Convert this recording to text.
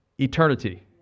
eternity